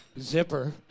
Zipper